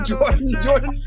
Jordan